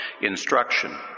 instruction